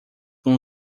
com